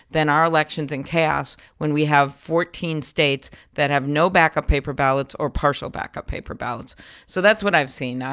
then our election's in chaos when we have fourteen states that have no backup paper ballots or partial backup paper ballots so that's what i've seen.